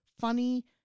Funny